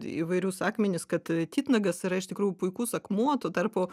įvairius akmenis kad titnagas yra iš tikrųjų puikus akmuo tuo tarpu